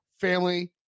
family